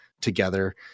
together